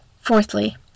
Fourthly